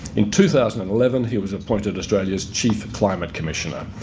in two thousand and eleven he was appointed australia's chief climate commissioner.